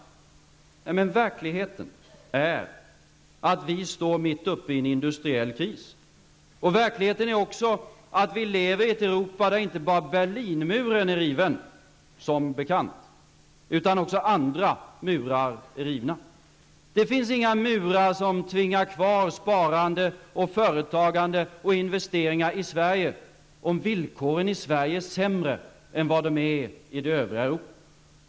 Nej, men verkligheten är den att vi står mitt inne i en industriell kris. Verkligheten är också den att vi lever i ett Europa där inte bara Berlinmuren som bekant är riven, utan också andra murar är rivna. Det finns inga murar som tvingar kvar sparande, företagande och investeringar i Sverige, om villkoren i Sverige är sämre än i det övriga Europa.